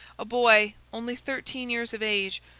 a boy, only thirteen years of age,